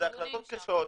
החלטות קשות,